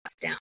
down